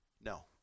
No